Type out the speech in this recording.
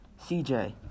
CJ